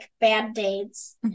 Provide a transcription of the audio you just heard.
Band-Aids